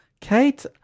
Kate